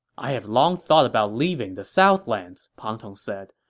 i have long thought about leaving the southlands, pang tong said.